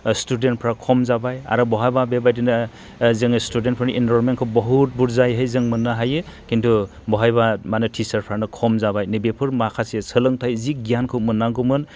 स्टुडेन्टफ्रा खम जाबाय आरो बहायबा बेबादिनो जोङो स्टुडेन्टफोरनि इनरलमेन्टखौ बहुद बुरजाहैयै जों मोननो हायो खिन्थु बहायबा टिचारफ्रानो खम जाबाय नैबेफोर माखासे सोलोंथाय जि गियानखौ मोननांगौमोन